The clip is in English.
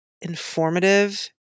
informative